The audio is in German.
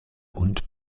und